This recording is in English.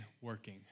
working